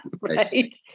right